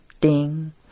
ding